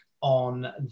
on